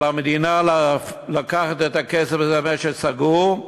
על המדינה לקחת את הכסף הזה, משק סגור,